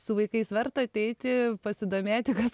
su vaikais verta ateiti pasidomėti kas